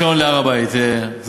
שנייה, חברי חבר הכנסת יצחק כהן.